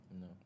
No